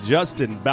Justin